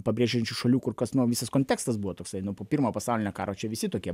pabrėžiančių šalių kur kas nu visas kontekstas buvo toksai nu po pirmo pasaulinio karo čia visi tokie